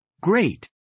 Great